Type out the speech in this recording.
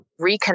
reconnect